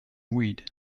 weed